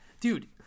dude